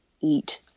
eat